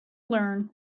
learn